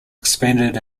expanded